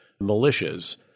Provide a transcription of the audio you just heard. militias